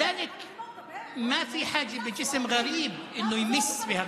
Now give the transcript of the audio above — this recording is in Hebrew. יש בו פאר, יש בו כוח, יש בו